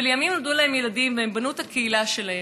ולימים נולדו להם ילדים והם בנו את הקהילה שלהם.